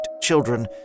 children